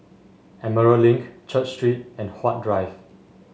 Emerald Link Church Street and Huat Drive